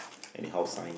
anyhow sign